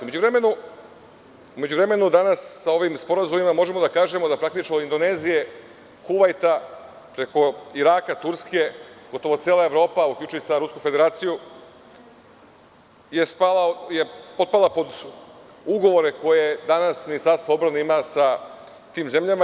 U međuvremenu, danas sa ovim sporazumima možemo da kažemo da praktično od Indonezije, Kuvajta, preko Iraka, Turske, gotovo cela Evropa, uključujući Rusku Federaciju, je potpala pod ugovore koje danas Ministarstvo odbrane ima sa tim zemljama.